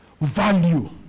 Value